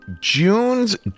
June's